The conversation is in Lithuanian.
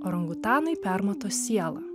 orangutanai permato sielą